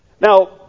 Now